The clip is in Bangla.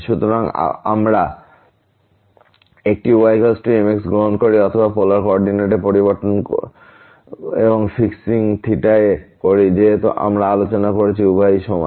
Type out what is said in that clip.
সুতরাং আমরা একটি y mx গ্রহণ করি অথবা পোলার কো অর্ডিনেট পরিবর্তন এবং ফিক্সিং এ করি যেহেতু আমরা আলোচনা করেছি উভয়ই সমান